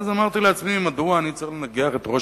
ואז אמרתי לעצמי: מדוע אני צריך לנגח את ראש